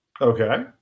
Okay